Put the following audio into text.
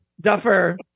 Duffer